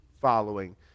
following